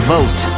Vote